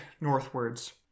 northwards